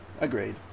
Agreed